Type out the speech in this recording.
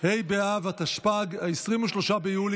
בעד, חמישה,